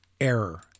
error